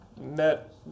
met